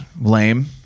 lame